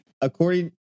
according